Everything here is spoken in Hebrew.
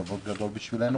כבוד גדול בשבילנו.